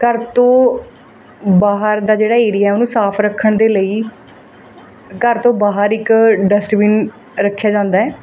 ਘਰ ਤੋ ਬਾਹਰ ਦਾ ਜਿਹੜਾ ਏਰੀਆ ਉਹਨੂੰ ਸਾਫ ਰੱਖਣ ਦੇ ਲਈ ਘਰ ਤੋਂ ਬਾਹਰ ਇੱਕ ਡਸਟਬੀਨ ਰੱਖਿਆ ਜਾਂਦਾ ਹੈ